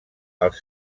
als